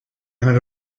had